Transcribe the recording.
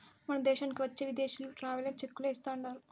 మన దేశానికి వచ్చే విదేశీయులు ట్రావెలర్ చెక్కులే ఇస్తాండారు